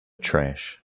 trash